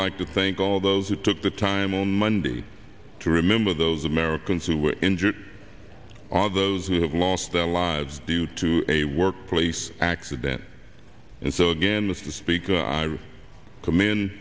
like to thank all those who took the time on monday to remember those americans who were injured or those who have lost their lives due to a workplace accident and so again mr speaker i commend